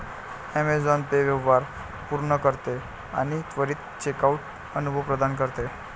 Amazon Pay व्यवहार पूर्ण करते आणि त्वरित चेकआउट अनुभव प्रदान करते